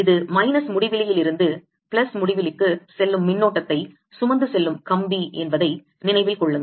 இது மைனஸ் முடிவிலியிலிருந்து பிளஸ் முடிவிலிக்கு செல்லும் மின்னோட்டத்தை சுமந்து செல்லும் கம்பி என்பதை நினைவில் கொள்ளுங்கள்